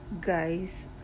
guys